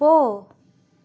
போ